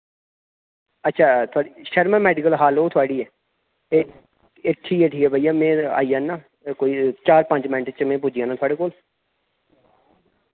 अच्छा थुआढ़ी Sharma medical hall ओह् थुआढ़ी ऐ ठीक ऐ ठीक ऐ भैया मैं आई जन्ना एह् कोई चार पंज मैंट च में पुज्जी जाना थुआढ़े कोल